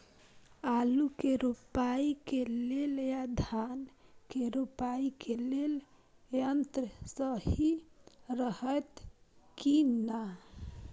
आलु के रोपाई के लेल व धान के रोपाई के लेल यन्त्र सहि रहैत कि ना?